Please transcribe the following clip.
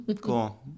Cool